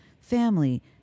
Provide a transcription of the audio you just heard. family